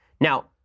Now